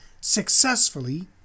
Successfully